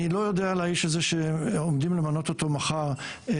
אני לא יודע על האיש הזה שעומדים למנות אותו מחר הרבה,